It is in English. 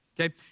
Okay